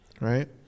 right